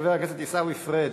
חבר הכנסת עיסאווי פריג',